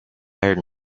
iron